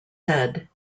said